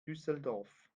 düsseldorf